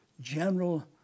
general